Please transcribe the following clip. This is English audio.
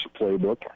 playbook